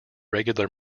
regular